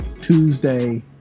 Tuesday